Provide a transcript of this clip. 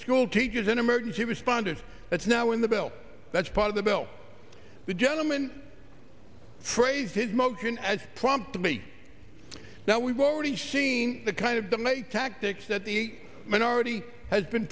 school teachers and emergency responders that's now in the bill that's part of the bill the gentleman phrased his motion as prompt me now we've already seen the kind of dominate tactics that the minority has been